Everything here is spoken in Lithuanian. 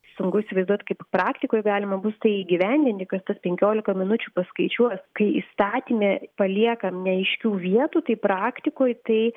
sunku įsivaizduot kaip praktikoj galima bus tai įgyvendinti kas tas penkiolika minučių paskaičiuos kai įstatyme paliekam neaiškių vietų tai praktikoj tai